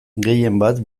gehienbat